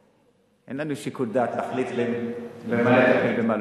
אין לנו שיקול דעת להחליט במה לטפל, במה לא.